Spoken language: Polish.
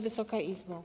Wysoka Izbo!